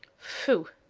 phoo!